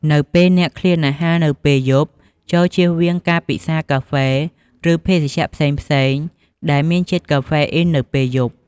នៅពេលអ្នកឃ្លានអាហារនៅពេលយប់ ចូរជៀសវាងការពិសារកាហ្វេ ឬភេសជ្ជះផ្សេងៗដែលមានជាតិកាហ្វេអ៊ីននៅពេលយប់។